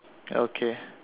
okay